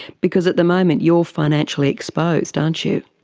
because at the moment you're financially exposed, aren't you.